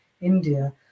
India